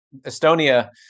Estonia